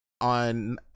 on